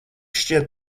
šķiet